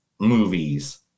movies